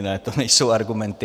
Ne, to nejsou argumenty.